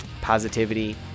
positivity